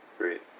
great